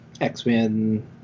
X-Men